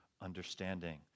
understanding